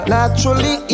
Naturally